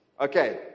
Okay